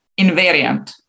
invariant